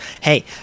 hey